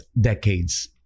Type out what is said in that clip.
decades